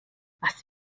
was